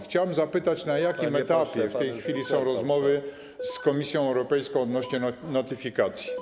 Chciałbym zapytać, na jakim etapie w tej chwili są rozmowy z Komisją Europejską odnośnie do notyfikacji.